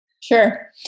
Sure